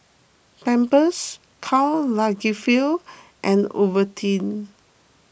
Pampers Karl Lagerfeld and Ovaltine